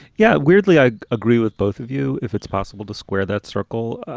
yeah. weirdly, i agree with both of you. if it's possible to square that circle.